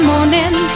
morning